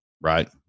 right